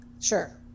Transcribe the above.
Sure